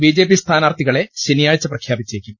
BJP സ്ഥാനാർത്ഥികളെ ശനീയാഴ്ച പ്രഖ്യാപിച്ചേക്കും